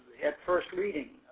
at first, reading,